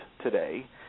today